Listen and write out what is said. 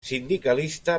sindicalista